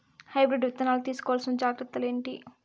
Hybrid విత్తనాలు తీసుకోవాల్సిన జాగ్రత్తలు ఏంటి?